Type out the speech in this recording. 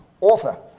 author